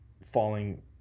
falling